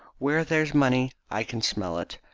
where there's money i can smell it.